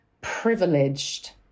privileged